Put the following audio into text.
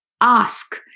ask